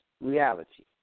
reality